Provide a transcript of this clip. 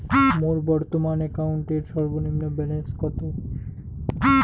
মোর বর্তমান অ্যাকাউন্টের সর্বনিম্ন ব্যালেন্স কত?